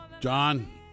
John